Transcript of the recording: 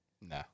No